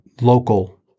local